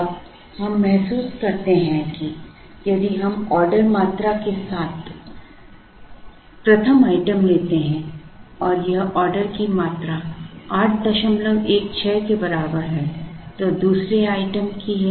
अब हम महसूस करते हैं कि यदि हम ऑर्डर मात्रा 1224 के साथ प्रथम आइटम लेते हैं और यह ऑर्डर की मात्रा 816 के बराबर है तो दूसरे आइटम 1291 की है